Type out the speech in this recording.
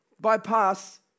bypass